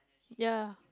ya